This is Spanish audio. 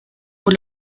por